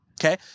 okay